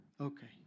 Okay